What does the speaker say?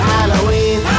Halloween